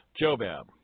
Jobab